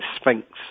Sphinx